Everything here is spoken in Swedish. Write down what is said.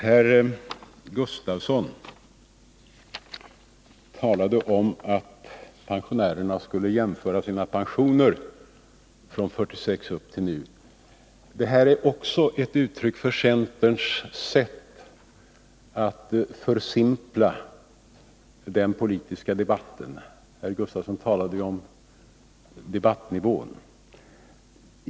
Herr Gustavsson talade om att pensionärerna skulle jämföra sina pensioner från 1976 och fram till i dag. Det är också ett uttryck för centerns sätt att försimpla den politiska debatten — herr Gustavsson talade ju om debattnivån.